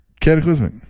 Cataclysmic